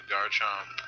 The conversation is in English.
Garchomp